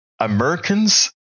Americans